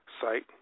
site